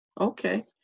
okay